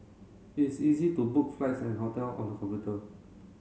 it is easy to book flights and hotel on the computer